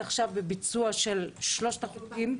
אילת, עכשיו בביצוע של שלושת החופים.